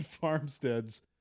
farmsteads